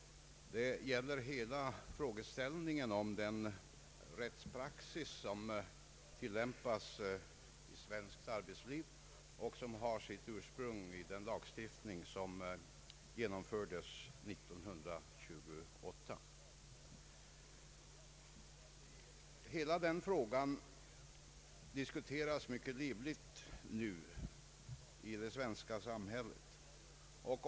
Det gäller hela frågeställningen om den rättspraxis som tillämpas i svenskt arbetsliv och som har sitt ursprung i den lagstiftning som genomfördes 1928. Hela den frågan diskuteras mycket livligt nu i det svenska samhället.